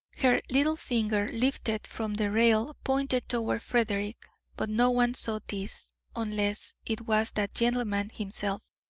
her little finger, lifted from the rail, pointed toward frederick, but no one saw this unless it was that gentleman himself.